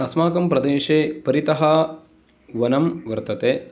अस्माकं प्रदेशे परितः वनं वर्तते